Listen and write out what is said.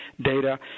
data